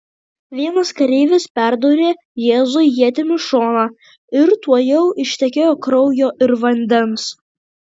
vienas kareivis perdūrė jėzui ietimi šoną ir tuojau ištekėjo kraujo ir vandens